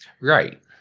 Right